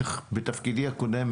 שבתפקידי הקודם,